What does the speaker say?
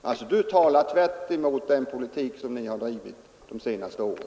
Herr Pettersson talar tvärtemot den politik ni har drivit de senaste åren.